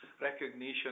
recognition